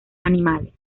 animales